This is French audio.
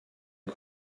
est